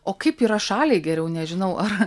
o kaip yra šaliai geriau nežinau ar